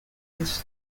exist